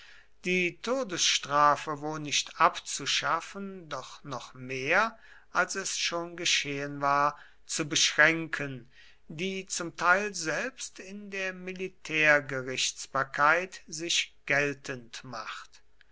die todesstrafe wo nicht abzuschaffen doch noch mehr als es schon geschehen war zu beschränken die zum teil selbst in der militärgerichtsbarkeit sich geltend macht